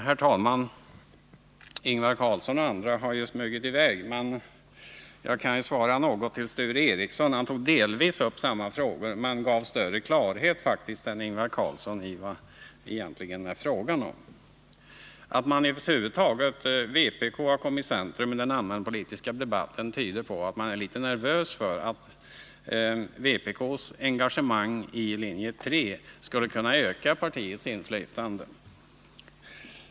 Herr talman! Ingvar Carlsson och andra har smugit i väg, men jag kan replikera något på vad Sture Ericson sade. Han tog delvis upp samma frågor men gav större klarhet än Ingvar Carlsson i vad det egentligen är fråga om. Att vpk över huvud taget har kommit i centrum i den allmänpolitiska debatten tyder på att man är litet nervös för att vpk:s engagemang i linje 3 skulle kunna öka partiets inflytande.